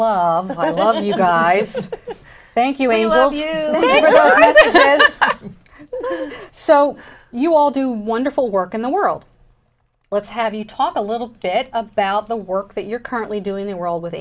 that i love you guys thank you a little you so you all do wonderful work in the world let's have you talk a little bit about the work that you're currently doing the world with